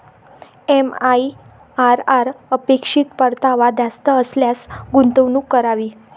MIRR अपेक्षित परतावा जास्त असल्यास गुंतवणूक करावी